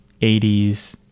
80s